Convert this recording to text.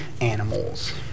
animals